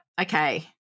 Okay